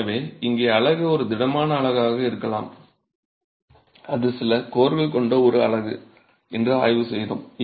எனவே இங்கே அலகு ஒரு திடமான அலகாக இருக்கலாம் அது சில கோர்கள் கொண்ட ஒரு அலகு என்று ஆய்வு செய்தோம்